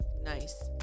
nice